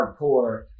hardcore